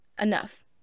enough